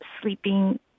sleeping